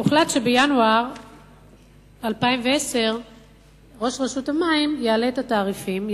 הוחלט שבינואר 2010 ראש רשות המים יעלה את התעריפים,